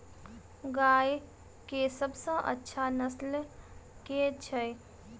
गाय केँ सबसँ अच्छा नस्ल केँ छैय?